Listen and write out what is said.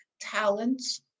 talents